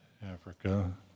Africa